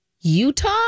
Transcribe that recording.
Utah